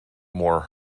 more